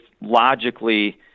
logically